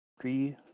three